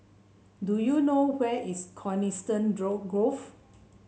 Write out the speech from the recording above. do you know where is Coniston Grove